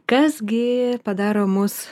kas gi padaro mus